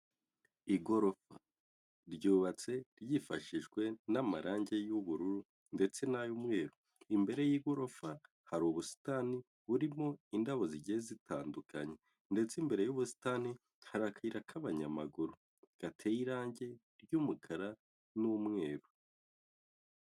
Igorofa ryubatse ryifashishijwe n'amarangi y'ubururu, ndetse n'ay'umweru, imbere y'igorofa hari ubusitani burimo indabo zigiye zitandukanye, ndetse imbere y'ubusitani hari akayira k'abanyamaguru gateye irangi ry'umukara n'umweru.